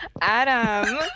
Adam